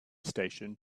station